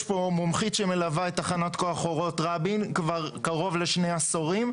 יש פה מומחית שמלווה את תחנת כוח אורות רבין כבר קרוב לשני עשורים,